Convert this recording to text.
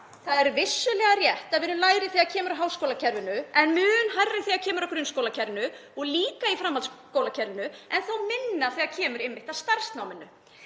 Það er vissulega rétt að við erum lægri þegar kemur að háskólakerfinu en mun hærri þegar kemur að grunnskólakerfinu og líka í framhaldsskólakerfinu en þó minna þegar kemur einmitt að starfsnáminu.